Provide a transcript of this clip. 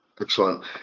excellent